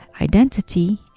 identity